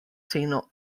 ceno